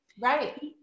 Right